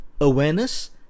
Awareness